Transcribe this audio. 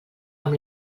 amb